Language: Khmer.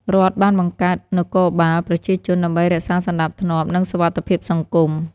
រដ្ឋបានបង្កើត "នគរបាលប្រជាជន" ដើម្បីរក្សាសណ្តាប់ធ្នាប់ និងសុវត្ថិភាពសង្គម។